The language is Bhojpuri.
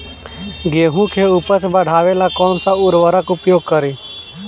गेहूँ के उपज बढ़ावेला कौन सा उर्वरक उपयोग करीं?